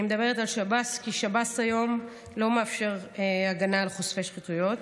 אני מדברת על שב"ס כי שב"ס היום לא מאפשר הגנה על חושפי שחיתויות,